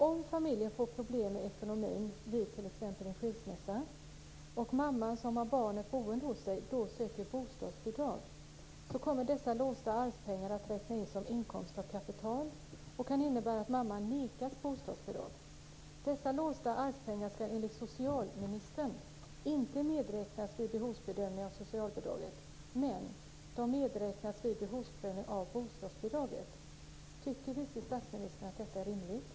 Om familjen t.ex. vid en skilsmässa får problem med ekonomin och mamman, som har barnet boende hos sig, då söker bostadsbidrag kommer dessa låsta arvspengar att räknas in som inkomst av kapital. Det kan innebära att mamman nekas bostadsbidrag. Dessa låsta arvspengar ska enligt socialministern inte medräknas vid behovsbedömning vad gäller socialbidrag. Däremot medräknas de vid behovsprövning vad gäller bostadsbidrag. Tycker vice statsministern att detta är rimligt?